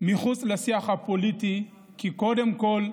מחוץ לשיח הפוליטי, כי קודם כול,